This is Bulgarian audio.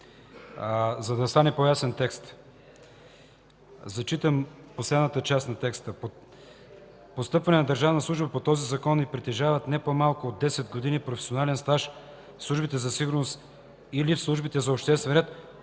за да стане по-ясен текстът. Изчитам последната част от алинеята: „...постъпване на държавна служба по този закон и притежават не по-малко от 10-годишен професионален стаж в службите за сигурност или в службите за обществен ред,